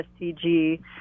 STG